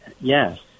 Yes